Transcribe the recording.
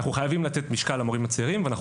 אנחנו חייבים לתת משקל למורים הצעירים ואנחנו